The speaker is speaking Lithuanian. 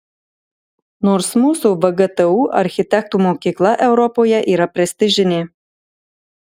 nors mūsų vgtu architektų mokykla europoje yra prestižinė